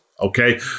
okay